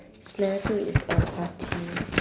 scenario two is a party